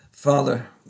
Father